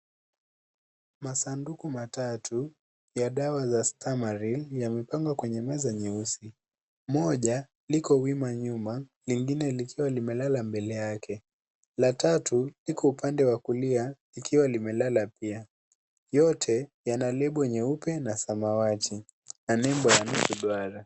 Masanduku matatu ya dawa za stamaril yao yamepangwa kwenye meza nyeusi moja liko nyuma ingine likiwa limelala mbele yake la tatu iko upande wa kulia ikiwa imelala pia, yote yana lepo nyeupe na samawati na nempo ya nusu duara